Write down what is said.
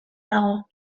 dago